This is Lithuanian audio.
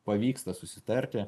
pavyksta susitarti